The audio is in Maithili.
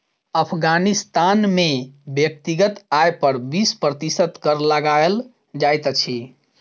अफ़ग़ानिस्तान में व्यक्तिगत आय पर बीस प्रतिशत कर लगायल जाइत अछि